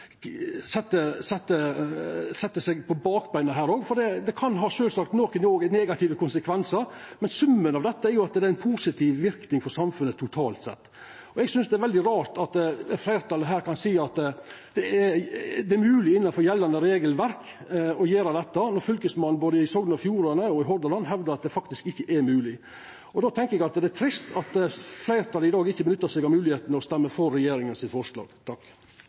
sette seg på bakbeina her òg, for det kan sjølvsagt òg ha nokre negative konsekvensar, men summen av dette er jo at det er ein positiv verknad for samfunnet totalt sett. Eg synest det er veldig rart at fleirtalet her kan seia at det er mogleg innanfor gjeldande regelverk å gjera dette, når Fylkesmannen både i Sogn og Fjordane og i Hordaland hevdar at det faktisk ikkje er mogleg. Då tenkjer eg at det er trist at fleirtalet i dag ikkje nyttar seg av moglegheitene og stemmer for regjeringa sitt forslag.